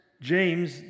James